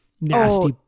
nasty